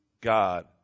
God